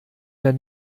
der